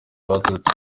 baturutse